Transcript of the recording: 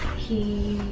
he